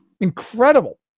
incredible